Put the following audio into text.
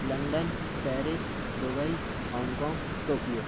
London Paris Dubai Hong Kong Tokyo